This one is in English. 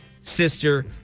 sister